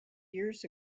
years